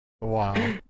Wow